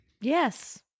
Yes